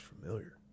familiar